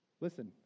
Listen